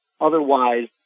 Otherwise